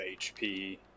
HP